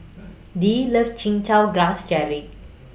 Dee loves Chin Chow Grass Jelly